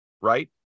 right